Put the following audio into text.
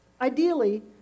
Ideally